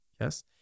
yes